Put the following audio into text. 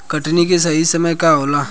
कटनी के सही समय का होला?